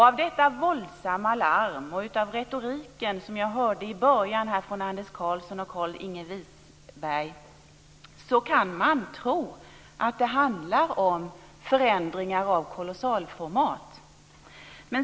Av detta våldsamma larm och den retorik som jag hörde i början från Anders Karlsson och Carlinge Wisberg kan man tro att det handlar om förändringar av kolossalformat.